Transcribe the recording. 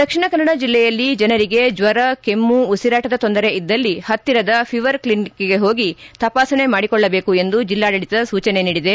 ದಕ್ಷಿಣ ಕನ್ನಡ ಜಿಲ್ಲೆಯಲ್ಲಿ ಜನರಿಗೆ ಜ್ವರ ಕೆಮ್ಮು ಉಸಿರಾಟದ ತೊಂದರೆ ಇದ್ದಲ್ಲಿ ಪತ್ತಿರದ ಫೀವರ್ ಕ್ಲಿನಿಕ್ಗೆ ಹೋಗಿ ತಪಾಸಣೆ ಮಾಡಿಸಿಕೊಳ್ಳಬೇಕು ಎಂದು ಜಿಲ್ಲಾಡಳತ ಸೂಚನೆ ನೀಡಿದೆ